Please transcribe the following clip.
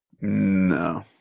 no